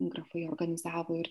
grafai organizavo ir